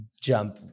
jump